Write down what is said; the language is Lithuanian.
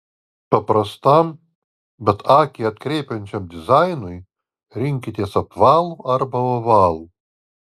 paprastam bet akį atkreipiančiam dizainui rinkitės apvalų arba ovalų